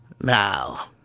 Now